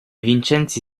vincenzi